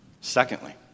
Secondly